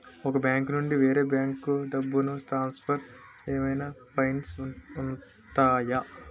ఒక బ్యాంకు నుండి వేరే బ్యాంకుకు డబ్బును ట్రాన్సఫర్ ఏవైనా ఫైన్స్ ఉంటాయా?